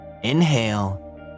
Inhale